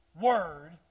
word